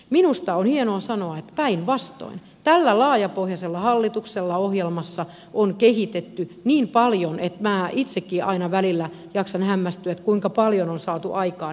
minusta on hienoa sanoa että päinvastoin tällä laajapohjaisella hallituksella ohjelmassa on kehitetty niin paljon että minä itsekin aina välillä jaksan hämmästyä kuinka paljon on saatu aikaan